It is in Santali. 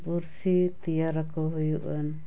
ᱵᱩᱨᱥᱤ ᱛᱮᱭᱟᱨᱟᱠᱚ ᱦᱩᱭᱩᱜᱼᱟ